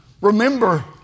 Remember